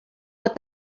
what